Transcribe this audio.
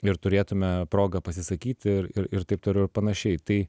ir turėtume progą pasisakyti ir ir ir taip toliau ir panašiai tai